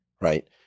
right